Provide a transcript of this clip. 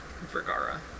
Vergara